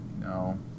no